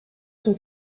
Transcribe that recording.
son